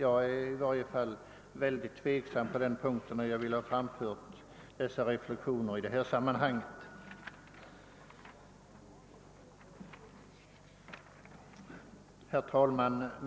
Jag är i varje fall mycket tveksam på den punkten och har velat framföra dessa reflexioner i detta sammanhang. Herr talman!